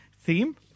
theme